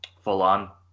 full-on